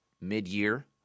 mid-year